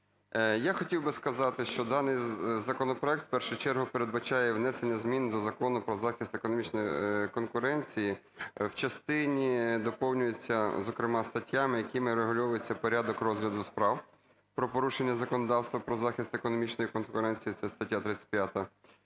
Я хотів би сказати, що даний законопроект у першу чергу передбачає внесення змін до Закону "Про захист економічної конкуренції". В частині доповнюються, зокрема, статтями, якими врегульовується порядок розгляду справ про порушення законодавства про захист економічної конкуренції (це стаття 35),